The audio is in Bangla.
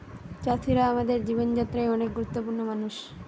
চাষিরা আমাদের জীবন যাত্রায় অনেক গুরুত্বপূর্ণ মানুষ